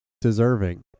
deserving